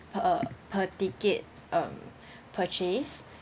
per per ticket um purchase